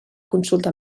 consulta